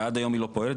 ועד היום היא לא פועלת,